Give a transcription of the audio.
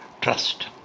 trust